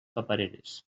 papereres